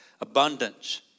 abundance